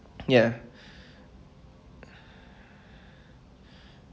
ya